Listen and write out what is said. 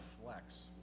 flex